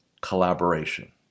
collaboration